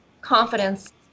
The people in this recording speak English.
confidence